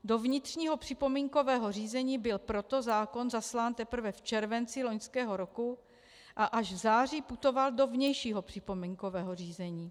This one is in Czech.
Do vnitřního připomínkového řízení byl proto zákon zaslán teprve v červenci loňského roku a až v září putoval do vnějšího připomínkového řízení.